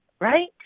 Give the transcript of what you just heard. right